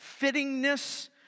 fittingness